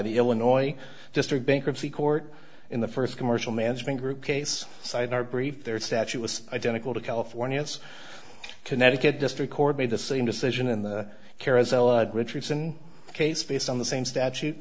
the illinois district bankruptcy court in the first commercial management group case cited are brief their statute was identical to california it's connecticut district court made the same decision in the carousel richardson case based on the same statute